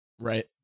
Right